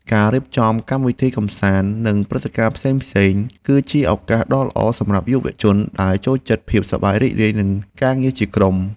ការរៀបចំកម្មវិធីកម្សាន្តនិងព្រឹត្តិការណ៍ផ្សេងៗ គឺជាឱកាសដ៏ល្អសម្រាប់យុវជនដែលចូលចិត្តភាពសប្បាយរីករាយនិងការងារជាក្រុម។